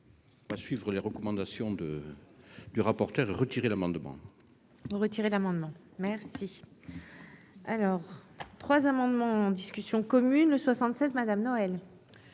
à suivre les recommandations de du rapporteur retirer l'amendement. Retirer l'amendement merci alors 3 amendements en discussion commune le 76 Madame Noël